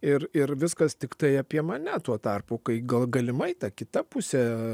ir ir viskas tiktai apie mane tuo tarpu kai gal galimai ta kita pusė